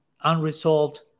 unresolved